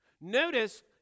notice